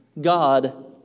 God